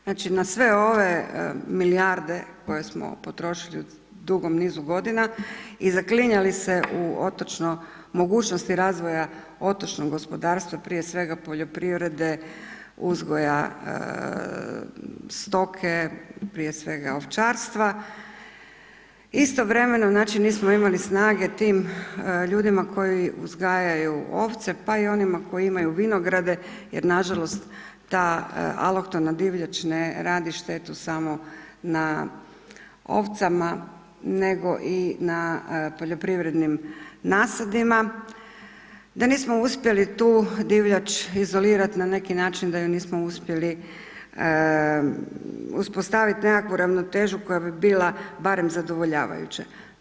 Znači, na sve ove milijarde koje smo potrošili u dugom nizu godina i zaklinjali se u otočno, mogućnosti razvoja otočnog gospodarstva, prije svega, poljoprivrede, uzgoja stoke, prije svega, ovčarstva, istovremeno znači nismo imali snage tim ljudima koji uzgajaju ovce, pa i onima koji imaju vinograde jer nažalost ta alohtona divljač ne radi štetu samo na ovcama, nego i na poljoprivrednim nasadima, da nismo uspjeli tu divljač izolirat na neki način, da ju nismo uspjeli uspostavit nekakvu ravnotežu koja bi bila barem zadovoljavajuća.